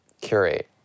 curate